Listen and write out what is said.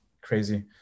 Crazy